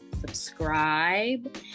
subscribe